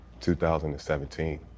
2017